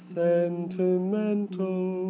sentimental